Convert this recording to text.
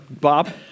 Bob